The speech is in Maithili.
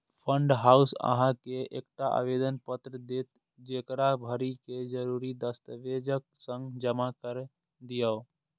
फंड हाउस अहां के एकटा आवेदन पत्र देत, जेकरा भरि कें जरूरी दस्तावेजक संग जमा कैर दियौ